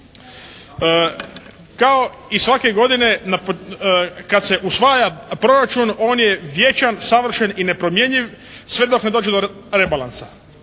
Kao i svake godine kad se usvaja proračun on je vječan, savršen i nepromjenjiv sve dok ne dođe do rebalansa.